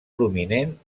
prominent